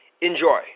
Enjoy